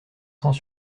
cents